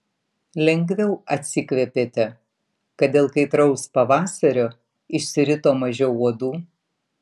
lengviau atsikvėpėte kad dėl kaitraus pavasario išsirito mažiau uodų